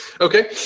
Okay